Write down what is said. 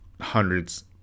hundreds